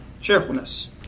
cheerfulness